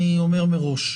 אני אומר מראש,